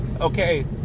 Okay